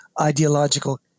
ideological